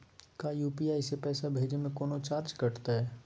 का यू.पी.आई से पैसा भेजे में कौनो चार्ज कटतई?